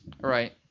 right